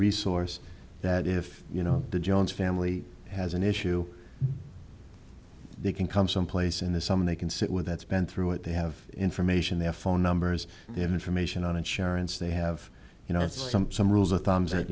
resource that if you know the jones family has an issue they can come someplace in the summer they can sit with that's been through it they have information their phone numbers they have information on insurance they have you know some some rules of thumb that